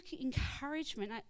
encouragement